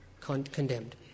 condemned